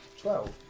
Twelve